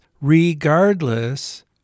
regardless